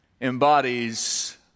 embodies